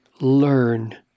learn